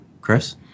Chris